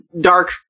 dark